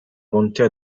contea